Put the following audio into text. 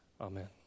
Amen